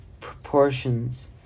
proportions